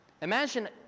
Imagine